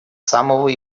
самого